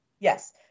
Yes